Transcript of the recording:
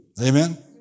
Amen